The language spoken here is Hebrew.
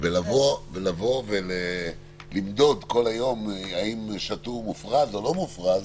ולבוא ולמדוד כל היום האם שתו מופרז או לא מופרז